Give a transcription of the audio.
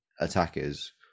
attackers